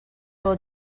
will